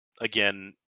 Again